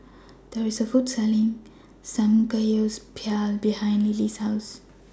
There IS A Food Court Selling Samgeyopsal behind Lillie's House